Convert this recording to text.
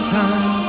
time